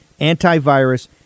antivirus